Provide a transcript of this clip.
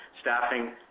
staffing